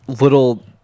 little